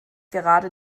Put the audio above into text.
gerade